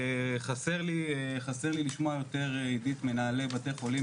חסר לי לשמוע יותר מנהלי בתי חולים,